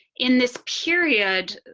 in this period,